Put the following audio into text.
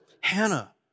Hannah